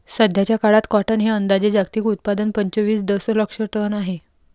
सध्याचा काळात कॉटन हे अंदाजे जागतिक उत्पादन पंचवीस दशलक्ष टन आहे